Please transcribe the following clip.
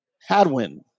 Hadwin